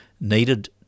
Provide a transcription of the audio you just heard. needed